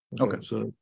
Okay